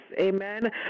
Amen